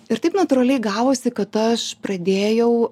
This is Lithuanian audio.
ir taip natūraliai gavosi kad aš pradėjau